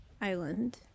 island